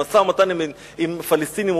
למשא-ומתן עם הפלסטינים,